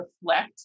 reflect